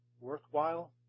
worthwhile